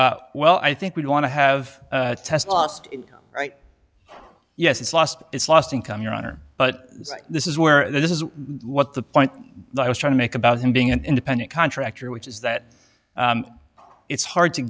last well i think we'd want to have a test last right yes it's lost it's lost income your honor but this is where this is what the point i was trying to make about him being an independent contractor which is that it's hard to